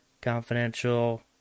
confidential